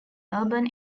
urban